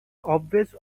obvious